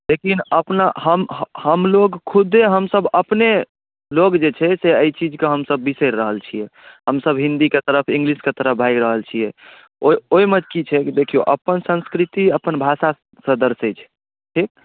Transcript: लेकिन अपना हम हम हमलोग खुदे हमसभ अपने लोक जे छै से एहि चीजके हमसभ बिसरि रहल छियै हमसभ हिंदीके तरफ इंगलिशके तरफ भागि रहल छियै ओहि ओहिमे की छै कि देखियौ अपन संस्कृति अपन भाषासँ दर्शै छै ठीक